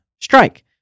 strike